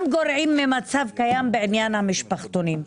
גם גורעים ממצב קיים בעניין המשפחתונים.